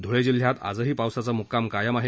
धुळे जिल्ह्यात आजही पावसाचा मुक्काम कायम आहे